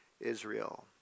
Israel